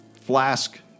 flask